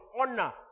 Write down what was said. honor